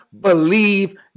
believe